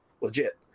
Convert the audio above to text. legit